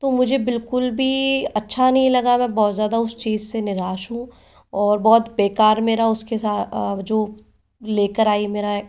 तो मुझे बिलकुल भी अच्छा नहीं लगा मैं बहुत ज़्यादा उस चीज़ से निराश हूँ और बहुत बेकार मेरा उस के साथ जो ले कर आई मेरा